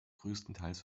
größtenteils